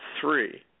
three